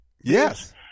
Yes